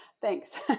Thanks